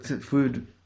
Food